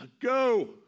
Go